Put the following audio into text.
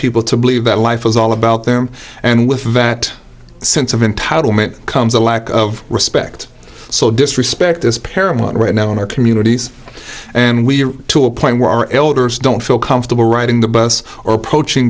people to believe that life is all about them and with that sense of entitlement comes a lack of respect so disrespect is paramount right now in our communities and we're to a point where our elders don't feel comfortable riding the bus or approaching